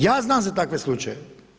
Ja znam za takve slučajeve.